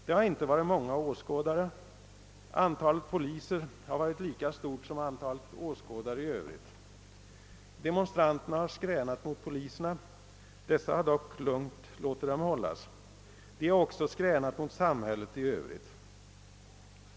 Det har inte varit många åskådare — antalet poliser har varit ungefär lika stort som antalet åskådare i övrigt. Demonstranterna har skränat mot poliserna — som dock lugnt har låtit dem hållas — och de har också skränat mot samhället i övrigt.